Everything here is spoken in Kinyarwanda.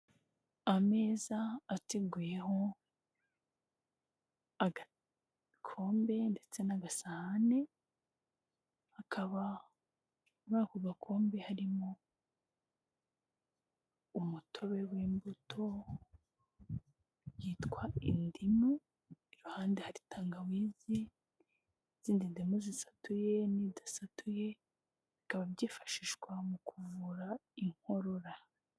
Ameza ateguyeho agakombe ndetse n'agasahane, akaba muri ako gakombe harimo umutobe w'imbuto yitwa indimu, iruhande hari tangawizi, izindi ndimu zisatuye n'idasatuye, bikaba byifashishwa mu kuvura inkorora.